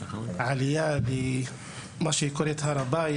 את העלייה למה שהיא קוראת הר הבית.